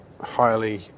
highly